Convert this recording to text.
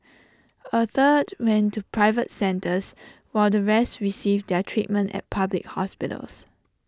A third went to private centres while the rest received their treatment at public hospitals